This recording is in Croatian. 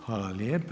Hvala lijepa.